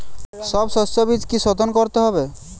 সব শষ্যবীজ কি সোধন করতে হবে?